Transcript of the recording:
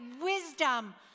wisdom